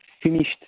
finished